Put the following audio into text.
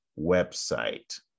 website